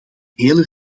hele